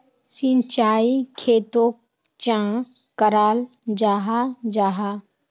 सिंचाई खेतोक चाँ कराल जाहा जाहा?